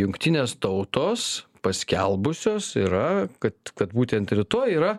jungtinės tautos paskelbusios yra kad kad būtent rytoj yra